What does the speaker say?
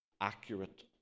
accurate